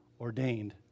ordained